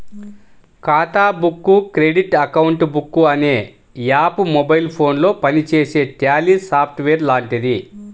ఖాతా book credit account book అనే app mobile ఫోనులో పనిచేసే ట్యాలీ సాఫ్ట్ వేర్ లాంటిది